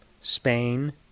Spain